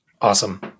Awesome